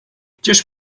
gdzież